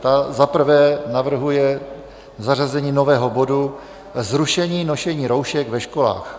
Ta za prvé navrhuje zařazení nového bodu Zrušení nošení roušek ve školách.